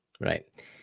right